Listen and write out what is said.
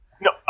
no